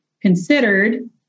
considered